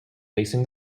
facing